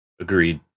Agreed